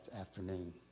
afternoon